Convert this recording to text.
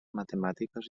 matemàtiques